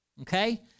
okay